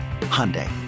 hyundai